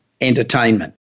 entertainment